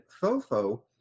Fofo